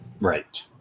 right